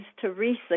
Teresa